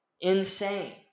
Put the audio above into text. Insane